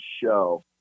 show